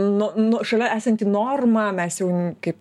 nu nu šalia esanti norma mes jau kaip